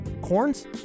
Corns